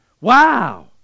Wow